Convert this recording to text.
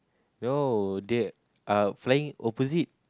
no they are flying opposite